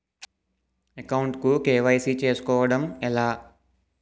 Account కు KYC చేసుకోవడం ఎలా?